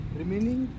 remaining